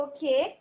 Okay